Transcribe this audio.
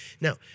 Now